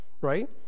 right